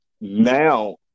now